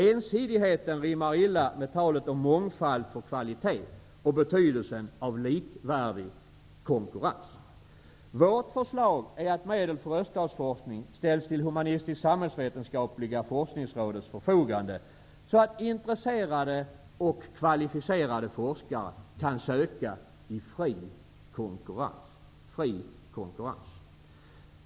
Ensidigheten rimmar illa med talet om mångfald för kvalitet och betydelsen av likvärdig konkurrens. Vårt förslag är att medel för öststatsforskning ställs till Humanistisk-samhällsvetenskapliga forskningsrådets förfogande, så att intresserade och kvalificerade forskare kan söka i fri konkurrens.